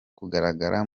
kugaragara